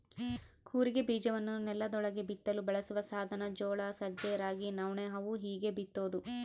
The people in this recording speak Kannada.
ಕೂರಿಗೆ ಬೀಜವನ್ನು ನೆಲದೊಳಗೆ ಬಿತ್ತಲು ಬಳಸುವ ಸಾಧನ ಜೋಳ ಸಜ್ಜೆ ರಾಗಿ ನವಣೆ ಅವು ಹೀಗೇ ಬಿತ್ತೋದು